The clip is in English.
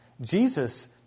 Jesus